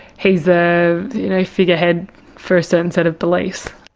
he is a you know figurehead for a certain set of beliefs.